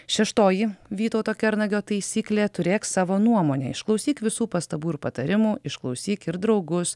šeštoji vytauto kernagio taisyklė turėk savo nuomonę išklausyk visų pastabų ir patarimų išklausyk ir draugus